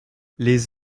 les